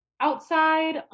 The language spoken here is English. outside